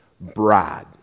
bride